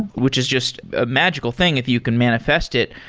which is just a magical thing if you can manifest it.